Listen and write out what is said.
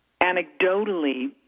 anecdotally